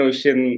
Ocean